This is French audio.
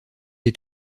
est